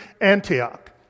Antioch